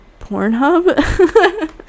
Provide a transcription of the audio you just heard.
Pornhub